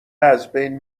ازبین